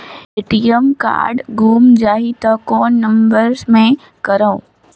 ATM card गुम जाही त कौन नम्बर मे करव?